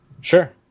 Sure